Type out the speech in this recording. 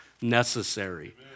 necessary